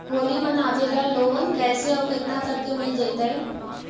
होली मनाबे ल लोन कैसे औ केतना तक के मिल जैतै?